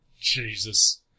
Jesus